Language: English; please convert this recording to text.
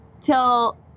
till